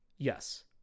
Yes